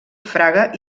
fraga